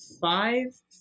five